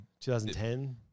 2010